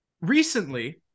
recently